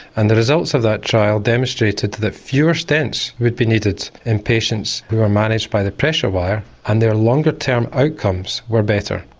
and the results of that trial demonstrated that fewer stents would be needed in patients who are managed by the pressure wire and their longer term outcomes were better.